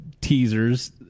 teasers